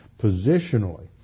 positionally